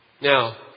Now